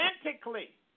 authentically